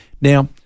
Now